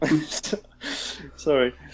Sorry